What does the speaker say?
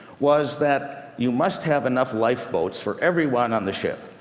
was that you must have enough lifeboats for everyone on the ship.